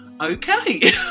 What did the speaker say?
Okay